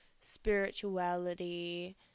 spirituality